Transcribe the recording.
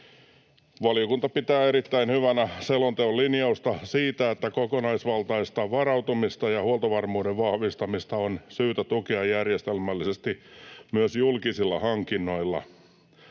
”Valiokunta pitää erittäin hyvänä selonteon linjausta siitä, että kokonaisvaltaista varautumista ja huoltovarmuuden vahvistamista on syytä tukea järjestelmällisesti myös julkisilla hankinnoilla.”